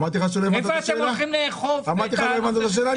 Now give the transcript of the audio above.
אמרתי לך שלא הבנת את השאלה?